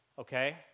Okay